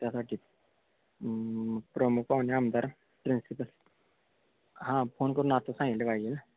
त्यासाठी प्रमुख पाहुणे आमदार प्रिंसिपल हां फोन करून आता सांगितलं पाहिजे ना